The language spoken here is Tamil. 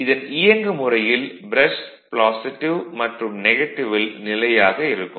இதன் இயங்குமுறையில் ப்ரஷ் மற்றும் ல் நிலையாக இருக்கும்